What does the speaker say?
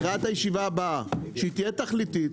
לקראת הישיבה הבאה שתהיה תכליתית,